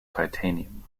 titanium